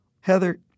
Heather